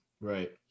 Right